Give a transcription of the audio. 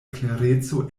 klereco